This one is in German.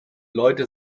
leute